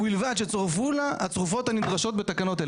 ובלבד שצורפו לה הצרופות הנדרשות בתקנות אלה.